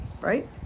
right